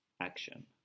action